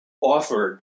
offered